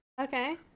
Okay